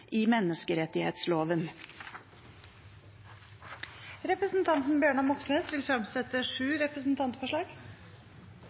i menneskerettsloven. Representanten Bjørnar Moxnes vil fremsette sju